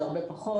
זה הרבה פחות.